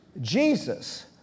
Jesus